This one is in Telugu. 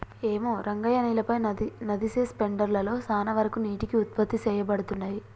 ఏమో రంగయ్య నేలపై నదిసె స్పెండర్ లలో సాన వరకు నీటికి ఉత్పత్తి సేయబడతున్నయి